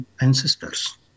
ancestors